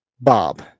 Bob